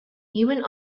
even